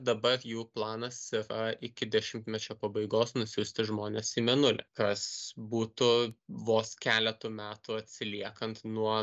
dabar jų planas yra iki dešimtmečio pabaigos nusiųsti žmones į mėnulį kas būtų vos keletu metų atsiliekant nuo